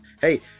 hey